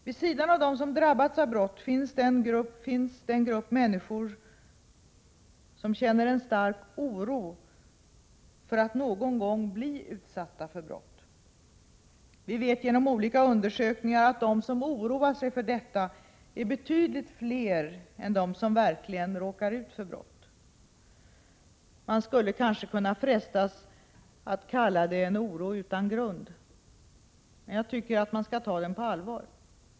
Vid sidan av dem som drabbats av brott finns de människor som känner en stark oro för att någon gång bli utsatta för brott. Vi vet genom olika undersökningar att de som oroar sig för detta är betydligt fler än dem som verkligen råkar ut för brott. Man skulle kanske kunna frestas att kalla det en oro utan grund, men jag tycker att man skall ta den på allvar.